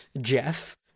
Jeff